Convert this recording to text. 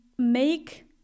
Make